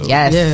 Yes